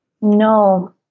No